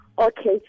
Okay